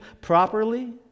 properly